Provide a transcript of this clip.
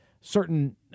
certain